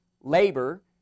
labor